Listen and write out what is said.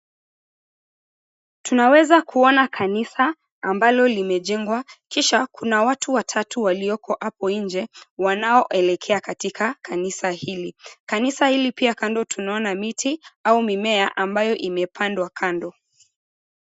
Tunaweza kuona kanisa ambalo limejengwa kisha kuna watu watatu walioko hapo nje wanaoelekea katika kanisa hili. Kanisa hili pia kando tunaona miti au mimea ambayo imepandwa kando.